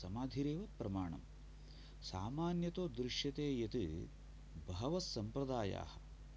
समाधिरेव प्रमाणम् सामान्यतो दृश्यते यत् बहवः सम्प्रदायाः